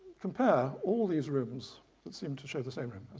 compare all these rooms that seem to show the same room.